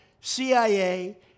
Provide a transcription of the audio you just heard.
CIA